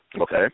Okay